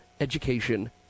education